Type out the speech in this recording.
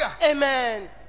Amen